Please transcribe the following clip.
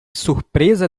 surpresa